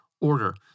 order